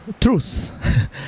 truth